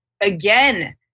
again